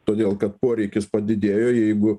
todėl kad poreikis padidėjo jeigu